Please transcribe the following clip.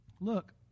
Look